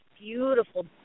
beautiful